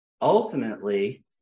Ultimately